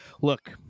look